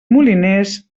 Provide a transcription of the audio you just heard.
moliners